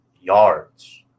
yards